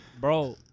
bro